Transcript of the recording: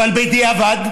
אבל בדיעבד,